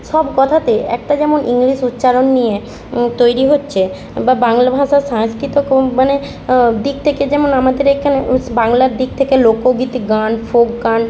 সব কথাতে একটা যেমন ইংলিশ উচ্চারণ নিয়ে তৈরি হচ্ছে বা বাংলা ভাষার সংস্কৃতি কোম মানে দিক থেকে যেমন আমাদের এখানে উস বাংলার দিক থেকে লোকগীতি গান ফোক গান